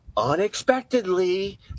unexpectedly